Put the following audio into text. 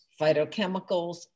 phytochemicals